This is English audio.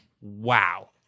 wow